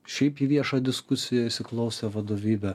šiaip į viešą diskusiją įsiklausė vadovybė